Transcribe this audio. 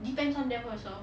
depends on them also